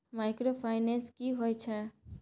Microfinance की होय छै?